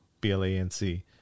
B-L-A-N-C